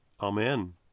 Amen